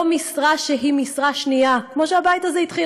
לא משרה שהיא משרה שנייה, כמו שהבית הזה התחיל.